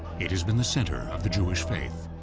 it has been the center of the jewish faith.